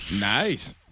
nice